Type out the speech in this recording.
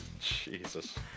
Jesus